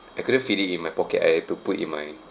I couldn't fit it in my pocket I have to put in my